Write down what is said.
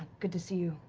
good to see you,